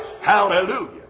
Hallelujah